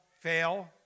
fail